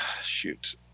Shoot